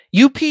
UP